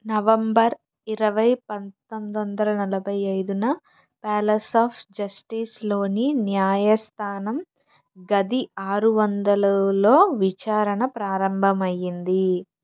November ఇరవై పంతొమ్మిది వందల నాలబై అయిదున ప్యాలెస్ ఆఫ్ జస్టిస్లోని న్యాయస్థానం గది ఆరు వందలలో విచారణ ప్రారంభమైంది